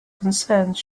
concerns